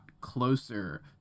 closer